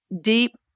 deep